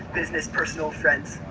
business, personal, friends,